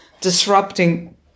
disrupting